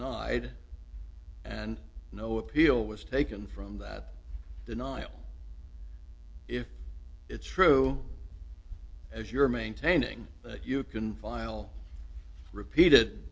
d and no appeal was taken from that denial if it's true as you're maintaining that you can file repeated